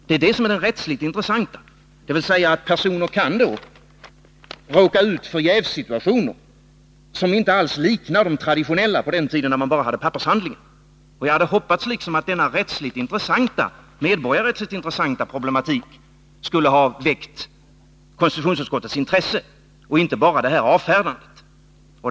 Det är det som är det rättsligt intressanta, dvs. att personer därmed kan råka ut för jävssituationer som inte alls liknar de traditionella, när man bara hade pappershandlingar. Jag hade hoppats att denna medborgarrättsligt intressanta problematik skulle ha väckt konstitutionsutskottets intresse och inte bara medfört detta avfärdande.